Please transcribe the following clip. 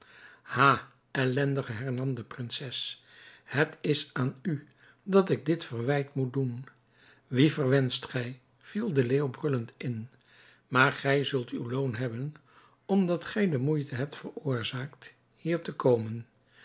ha ellendige hernam de prinses het is aan u dat ik dit verwijt moet doen wien verwenscht gij viel de leeuw brullend in maar gij zult uw loon hebben omdat gij mij de moeite hebt veroorzaakt hier te komen